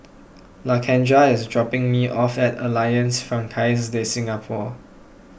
Lakendra is dropping me off at Alliance Francaise De Singapour